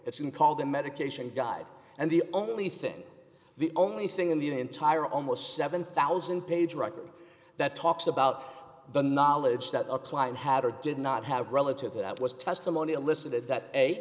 been called the medication guide and the only thing the only thing in the entire almost seven thousand page record that talks about the knowledge that a client had or did not have relative that was testimony elicited that a